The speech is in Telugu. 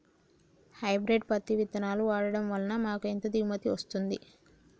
హైబ్రిడ్ పత్తి విత్తనాలు వాడడం వలన మాకు ఎంత దిగుమతి వస్తుంది?